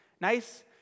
nice